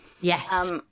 Yes